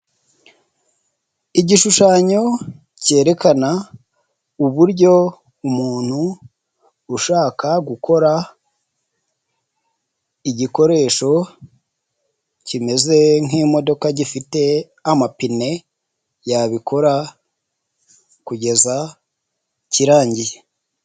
Igishushanyo cyerekana uburyo umuntu ushaka gukora igikoresho kimeze nk'imodoka gifite amapine yabikora kugeza kirangiye.